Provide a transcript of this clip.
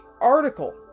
article